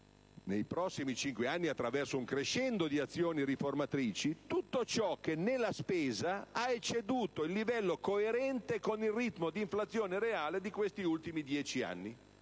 realistico), attraverso un crescendo di azioni riformatrici, tutto ciò che nella spesa del Senato ha ecceduto il livello coerente con il ritmo di inflazione reale di questi ultimi dieci anni.